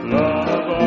love